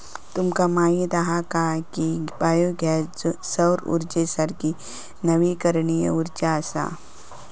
तुमका माहीत हा काय की बायो गॅस सौर उर्जेसारखी नवीकरणीय उर्जा असा?